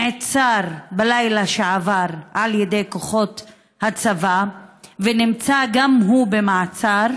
הוא נעצר בלילה שעבר על ידי כוחות הצבא ונמצא גם הוא במעצר,